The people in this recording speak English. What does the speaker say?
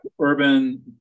urban